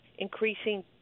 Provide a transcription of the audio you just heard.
Increasing